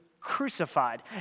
crucified